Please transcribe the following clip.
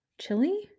Chili